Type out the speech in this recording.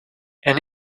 and